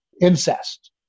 incest